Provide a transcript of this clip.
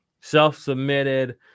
Self-submitted